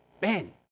Ben